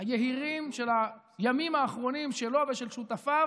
היהירים של הימים האחרונים שלו ושל שותפיו.